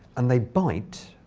and they bite.